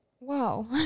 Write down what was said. Wow